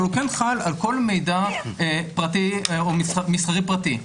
אבל הוא כן חל על כל מידע פרטי או מסחרי פרטי,